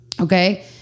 Okay